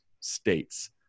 states